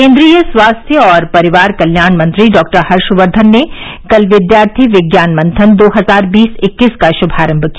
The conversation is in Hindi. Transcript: केन्द्रीय स्वास्थ्य और परिवार कल्याण मंत्री डॉक्टर हर्षवर्धन ने कल विद्यार्थी विज्ञान मंथन दो हजार बीस इक्कीस का श्भारंभ किया